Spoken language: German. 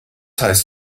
heißt